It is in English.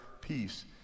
Peace